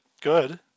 good